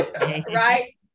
Right